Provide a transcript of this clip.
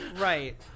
right